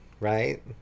right